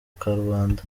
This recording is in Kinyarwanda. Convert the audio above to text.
karubanda